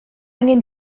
angen